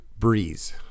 Breeze